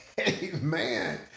Amen